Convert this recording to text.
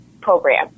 program